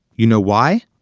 you know why?